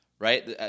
Right